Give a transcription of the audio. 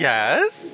Yes